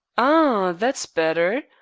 ah! that's better.